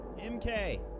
MK